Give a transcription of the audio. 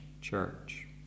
church